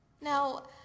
Now